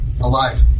Alive